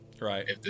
right